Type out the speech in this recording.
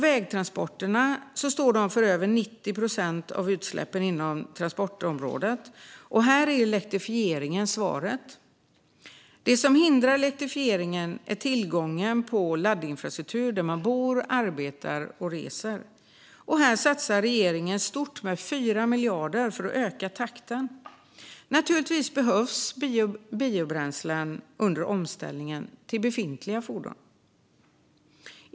Vägtransporterna står för över 90 procent av utsläppen inom transportområdet, och här är elektrifieringen svaret. Det som hindrar elektrifieringen är tillgången till laddinfrastruktur där man bor, arbetar och reser. Här satsar regeringen stort med 4 miljarder för att öka takten. Naturligtvis behövs biobränslen till befintliga fordon under omställningen.